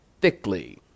thickly